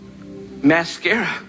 Mascara